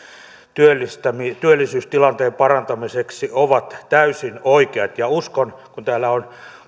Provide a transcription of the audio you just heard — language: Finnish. työllisyystilanteen parantamiseksi ovat täysin oikeat ja uskon kun täällä on